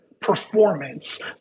performance